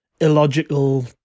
illogical